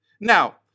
Now